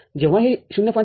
जेव्हा हे ०